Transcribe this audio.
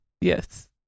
yes